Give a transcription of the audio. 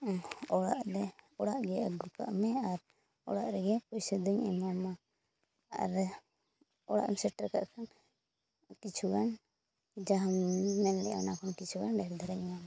ᱚᱲᱟᱜ ᱜᱮ ᱚᱲᱟᱜ ᱜᱮ ᱟᱹᱜᱩᱠᱟᱜ ᱢᱮ ᱟᱨ ᱚᱲᱟᱜ ᱨᱮᱜᱮ ᱯᱩᱭᱥᱟᱹ ᱫᱚᱧ ᱮᱢᱟᱢᱟ ᱟᱨ ᱚᱲᱟᱜ ᱮᱢ ᱥᱮᱴᱮᱨ ᱠᱮᱫ ᱠᱷᱟᱱ ᱠᱤᱪᱷᱩᱜᱟᱱ ᱡᱟᱦᱟᱸᱢ ᱢᱮᱱ ᱞᱮᱫᱼᱟ ᱚᱱᱟ ᱠᱷᱚᱱ ᱠᱤᱪᱷᱩ ᱜᱟᱱ ᱰᱷᱮᱨ ᱫᱷᱟᱨᱟᱧ ᱮᱢᱟᱢᱟ